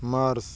mars